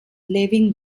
levin